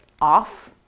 off